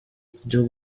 ryo